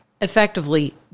Effectively